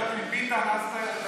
אני זוכר מביטן שהייתה פשרה,